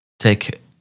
take